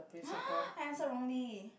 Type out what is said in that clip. !huh! I answered wrongly